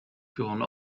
führen